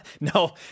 No